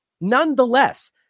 Nonetheless